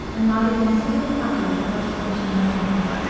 and not even a single copy of the first edition remains.